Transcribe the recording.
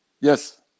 Yes